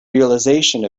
realization